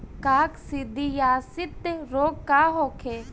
काकसिडियासित रोग का होखे?